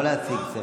אסור לך, לא להציק.